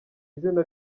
izina